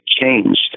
changed